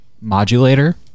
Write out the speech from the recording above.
modulator